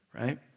right